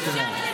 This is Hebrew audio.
לנשים להיכנס,